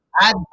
Add